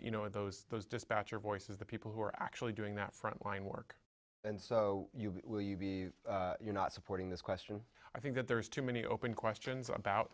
you know those those dispatcher voices the people who are actually doing that frontline work and so you're not supporting this question i think that there's too many open questions about